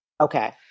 Okay